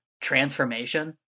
transformation